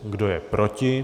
Kdo je proti?